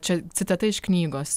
čia citata iš knygos